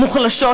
מוחלשות,